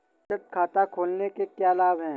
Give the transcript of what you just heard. बचत खाता खोलने के क्या लाभ हैं?